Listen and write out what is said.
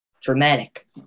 dramatic